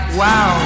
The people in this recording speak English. wow